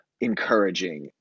encouraging